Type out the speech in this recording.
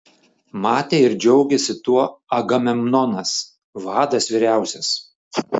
matė ir džiaugėsi tuo agamemnonas vadas vyriausias